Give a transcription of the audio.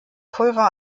pulver